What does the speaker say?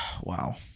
Wow